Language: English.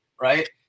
right